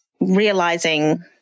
realizing